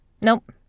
Nope